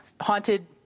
haunted